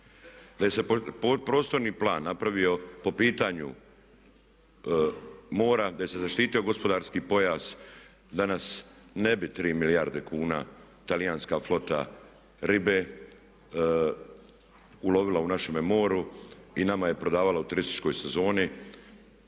Da se prostorni plan napravio po pitanju mora, da se zaštitio gospodarski pojas danas ne bi 3 milijarde kuna talijanska flota ribe ulovila u našem moru i nama je prodavala u turističkoj sezoni,